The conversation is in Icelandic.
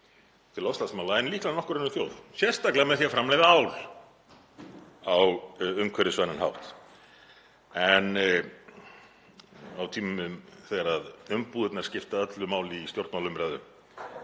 til loftslagsmála en líklega nokkur önnur þjóð, sérstaklega með því að framleiða ál á umhverfisvænan hátt. En á tímum þegar umbúðirnar skipta öllu máli í stjórnmálaumræðu